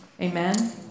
Amen